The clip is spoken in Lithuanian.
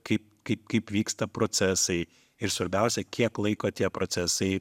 kaip kaip kaip vyksta procesai ir svarbiausia kiek laiko tie procesai